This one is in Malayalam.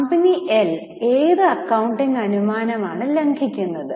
കമ്പനി എൽ ഏത് അക്കൌണ്ടിംഗ് അനുമാനമാണ് ലംഘിക്കുന്നത്